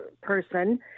person